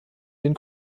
den